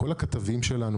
כל הכתבים שלנו,